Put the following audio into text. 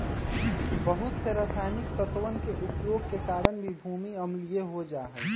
बहुत से रसायनिक तत्वन के उपयोग के कारण भी भूमि अम्लीय हो जाहई